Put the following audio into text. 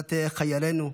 לנפילת חיילינו,